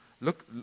Look